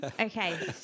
Okay